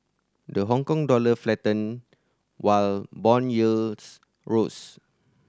the Hongkong dollar faltered while bond yields rose